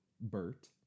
Bert